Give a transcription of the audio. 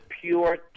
pure